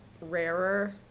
rarer